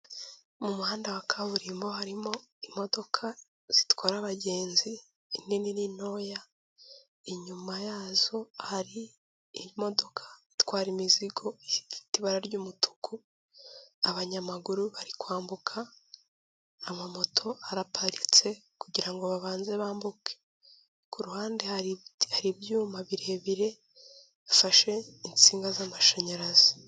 Mu muhanda wa kaburimbo harimo imodoka zitwara abagenzi inini n'intoya, inyuma yazo hari imodoka itwara imizigo ifite ibara ry'umutuku, abanyamaguru bari kwambuka, amamoto araparitse kugira ngo babanze bambuke, kuruhande hari ibiti, hari ibyuma birebire bafashe insinga z'amashanyarazi.